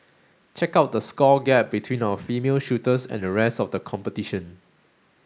check out the score gap between our female shooters and the rest of the competition